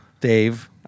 Dave